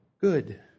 good